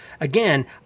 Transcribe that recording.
again